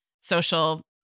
social